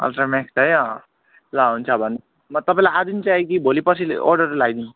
ultra max चाहियो ल हुन्छ भन्नु न तपाईँलाई आज नै चाहियो कि भोलिपर्सि अर्डर लगाइदिनु